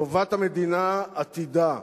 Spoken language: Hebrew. טובת המדינה, עתידה,